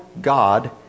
God